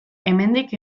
hemendik